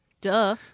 Duh